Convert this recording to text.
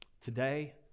Today